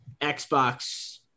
Xbox